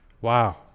Wow